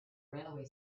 railway